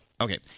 okay